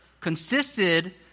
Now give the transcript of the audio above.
consisted